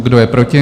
Kdo je proti?